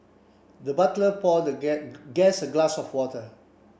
the butler poured the guest a glass of water